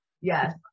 Yes